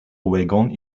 wagons